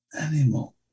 animal